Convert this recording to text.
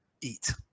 eat